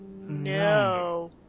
No